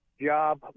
job